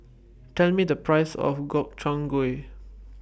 Tell Me The Price of Gobchang Gui